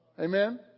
Amen